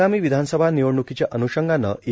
आगामी विधानसभा निवडणूकीच्या अन्षंगान ई